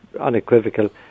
unequivocal